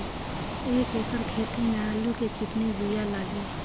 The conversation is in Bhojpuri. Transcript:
एक एकड़ खेती में आलू के कितनी विया लागी?